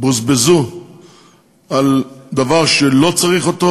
בוזבזו על דבר שלא צריך אותו,